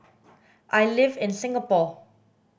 I live in Singapore